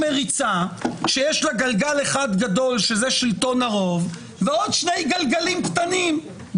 מריצה שיש לה גלגל אחד גדול שזה שלטון הרוב ועוד שני גלגלים קטנים,